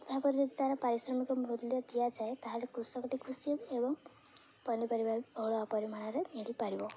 ଭାବରେ ଯଦି ତାର ପାରିଶ୍ରମିକ ମୂଲ୍ୟ ଦିଆଯାଏ ତାହେଲେ କୃଷକଟି ଖୁସି ଏବଂ ପନିପରିବା ବହୁ ପରିମାଣରେ ମିଳିପାରିବ